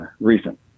recent